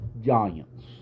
Giants